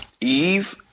Eve